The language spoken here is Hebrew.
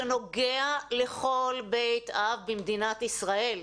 שנוגע לכל בית אב במדינת ישראל.